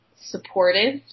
supportive